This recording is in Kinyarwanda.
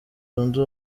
zunze